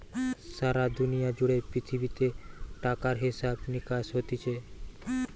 সারা দুনিয়া জুড়ে পৃথিবীতে টাকার হিসাব নিকাস হতিছে